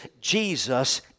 Jesus